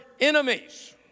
enemies